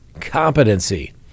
competency